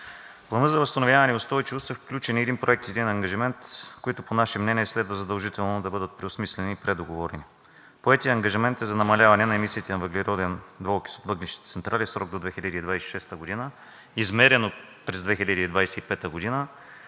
Плана за възстановяване и устойчивост са включени един проект и един ангажимент, които по наше мнение следва задължително да бъдат преосмислени и предоговорени. Поетият ангажимент е за намаляване на емисиите на въглероден двуокис от въглищните централи в срок до 2026 г., измерено през 2025 г.